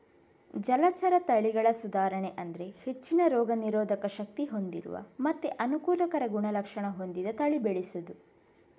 ಜಲಚರ ತಳಿಗಳ ಸುಧಾರಣೆ ಅಂದ್ರೆ ಹೆಚ್ಚಿನ ರೋಗ ನಿರೋಧಕ ಶಕ್ತಿ ಹೊಂದಿರುವ ಮತ್ತೆ ಅನುಕೂಲಕರ ಗುಣಲಕ್ಷಣ ಹೊಂದಿದ ತಳಿ ಬೆಳೆಸುದು